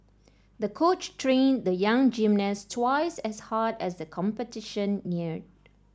the coach trained the young gymnast twice as hard as the competition neared